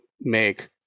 make